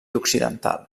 occidental